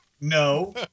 No